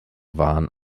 waren